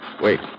Wait